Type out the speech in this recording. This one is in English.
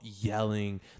yelling